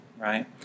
right